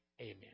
Amen